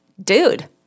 dude